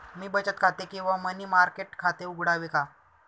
मी बचत खाते किंवा मनी मार्केट खाते उघडावे का?